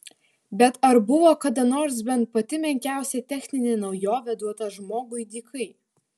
bet ar buvo kada nors bent pati menkiausia techninė naujovė duota žmogui dykai